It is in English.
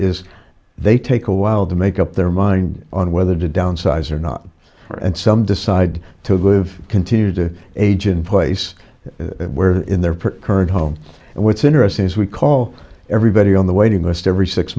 is they take a while to make up their mind on whether to downsize or not and some decide to live continue to age and place where in their current home and what's interesting is we call everybody on the waiting list every six